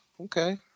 Okay